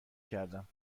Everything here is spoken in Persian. کردم